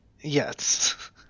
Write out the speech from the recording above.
Yes